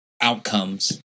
outcomes